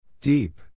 Deep